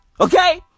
okay